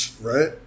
Right